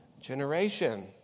generation